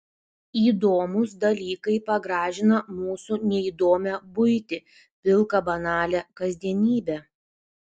įdomūs dalykai pagražina mūsų neįdomią buitį pilką banalią kasdienybę